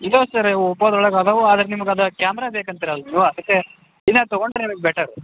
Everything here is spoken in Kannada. ಇದೆ ಸರ್ ಓಪೋದೊಳಗೆ ಅದಾವ ಆದರೆ ನಿಮ್ಗೆ ಅದು ಕ್ಯಾಮ್ರಾ ಬೇಕಂತಿರಲ್ಲ ನೀವು ಅದಕ್ಕೆ ಇದನ್ನೆ ತೊಗೊಂಡರೆ ನಿಮ್ಗೆ ಬೆಟರ್